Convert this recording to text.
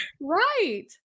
right